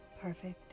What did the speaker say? perfect